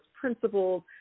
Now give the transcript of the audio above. principles